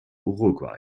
uruguay